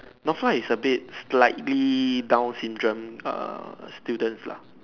Northlight is a bit slightly Down's syndrome err students lah